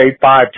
five